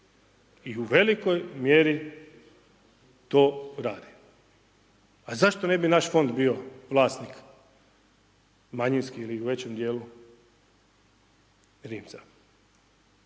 i u velikoj mjeri to radi. A zašto ne bi naš fond bio vlasnik manjinski ili u većem dijelu Rimca?